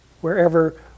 wherever